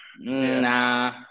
Nah